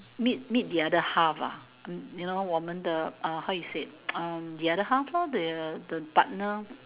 meet meet the other half ah you know 我们的 uh how you say um the other half lor the the partner